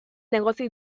negozio